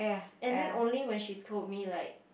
and then only when she told me like